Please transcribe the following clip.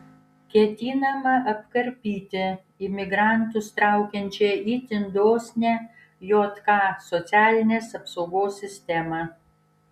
ketinama apkarpyti imigrantus traukiančią itin dosnią jk socialinės apsaugos sistemą